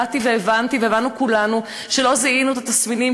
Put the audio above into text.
ידעתי והבנתי והבנו כולנו שלא זיהינו את התסמינים.